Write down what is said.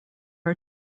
are